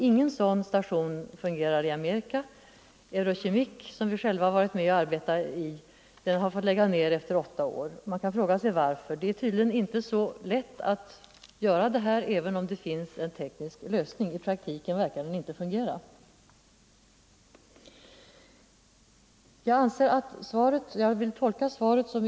Ingen sådan station fungerar i Amerika. Eurochemic, som vi utlandet själva har varit med om att arbeta i, har fått lägga ned verksamheten efter åtta år. Man kan fråga sig varför. Det är tydligen inte så lätt även om det finns en teknisk lösning; i praktiken verkar den inte fungera.